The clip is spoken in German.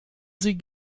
sie